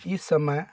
ही समय